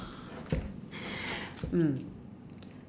mm